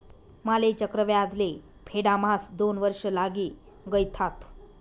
माले चक्रव्याज ले फेडाम्हास दोन वर्ष लागी गयथात